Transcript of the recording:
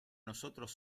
nosotros